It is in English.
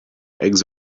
eggs